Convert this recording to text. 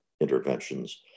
interventions